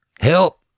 Help